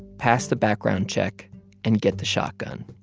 pass the background check and get the shotgun.